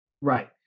right